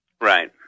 right